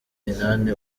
inani